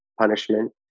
punishment